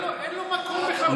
אין לו מקום פה.